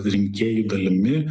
rinkėjų dalimi